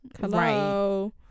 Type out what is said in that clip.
Hello